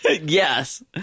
Yes